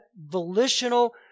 volitional